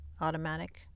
automatic